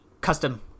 custom